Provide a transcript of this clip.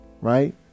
right